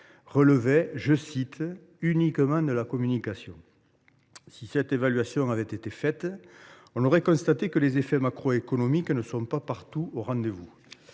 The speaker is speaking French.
relevait « uniquement de la communication ». Si cette évaluation avait été faite, on aurait constaté que les effets macroéconomiques ne sont pas partout au rendez vous.